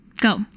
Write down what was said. Go